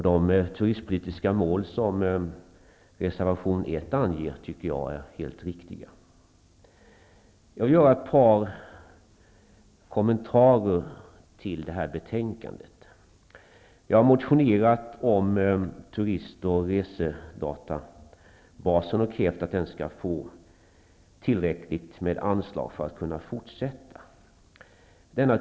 De turismpolitiska mål som anges i reservation 1 tycker jag är helt riktiga. Jag vill göra ett par kommentarer med anledning av detta betänkande. Jag har motionerat om Turistoch resedatabasen och krävt att den skall få tillräckligt med anslag för att kunna fortsätta sin verksamhet.